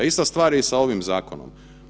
Ista stvar je i sa ovim zakon.